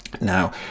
Now